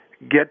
get